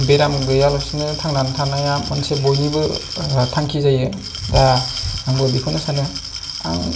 बेराम गैयालासिनो थांनानै थानाया मोनसे बयनिबो थांखि जायो दा आंबो बेखौनो सानो आं